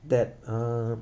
that uh